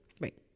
Right